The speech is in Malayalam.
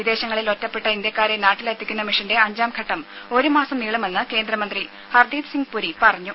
വിദേശങ്ങളിൽ ഒറ്റപ്പെട്ട ഇന്ത്യക്കാരെ നാട്ടിലെത്തിക്കുന്ന മിഷന്റെ അഞ്ചാം ഘട്ടം ഒരുമാസം നീളുമെന്ന് കേന്ദ്രമന്ത്രി ഹർദീപ് സിംഗ് പുരി പറഞ്ഞു